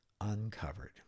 Uncovered